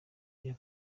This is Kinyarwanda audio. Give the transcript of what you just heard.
bya